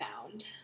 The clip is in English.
found